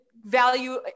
value